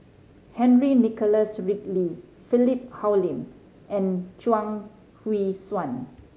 Henry Nicholas Ridley Philip Hoalim and Chuang Hui Tsuan